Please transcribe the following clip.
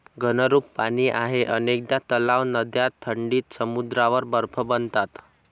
घनरूप पाणी आहे अनेकदा तलाव, नद्या थंडीत समुद्रावर बर्फ बनतात